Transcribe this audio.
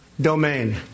domain